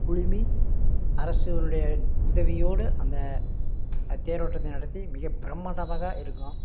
குலுமி அரசுனுடைய உதவியோடு அந்த தேரோட்டத்தை நடத்தி மிக பிரம்பாண்டமாக இருக்கும்